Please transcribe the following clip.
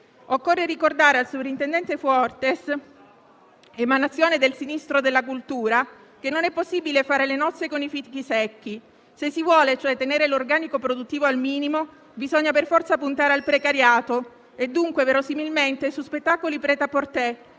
Occorre ricordare al sovrintendente Fuortes, emanazione del "Sinistro" della cultura, che non è possibile fare le nozze con i fichi secchi. Se si vuole tenere l'organico produttivo al minimo, bisogna per forza puntare al precariato e dunque verosimilmente su spettacoli *prêt-à-porter,*